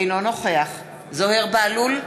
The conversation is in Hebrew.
אינו נוכח זוהיר בהלול,